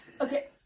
Okay